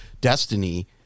destiny